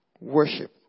worship